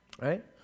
right